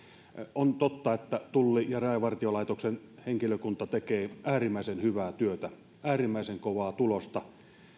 on totta että tullin ja rajavartiolaitoksen henkilökunta tekevät äärimmäisen hyvää työtä äärimmäisen kovaa tulosta